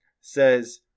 says